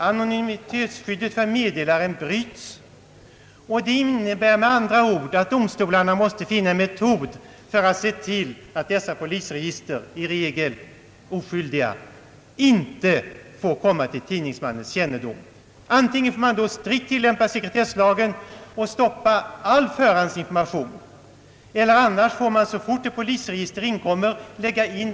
Anonymitetsskyddet för meddelaren bryts, vilket med andra ord synes innebära att domstolarna måste finna en metod för att se till att dessa polisregister — i regel med ganska oskyldigt innehåll — inte får komma till tidningsmännens kännedom. Kanske måste man då strikt tillämpa sekretesslagen och stoppa all förhandsinformation ur handlingar som formellt är sekretessbelagda för förhandlingen i målet.